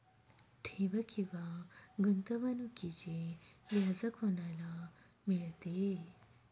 ठेव किंवा गुंतवणूकीचे व्याज कोणाला मिळते?